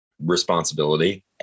responsibility